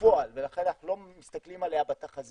בפועל ולכן אנחנו לא מסתכלים עליה בתחזיות.